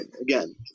Again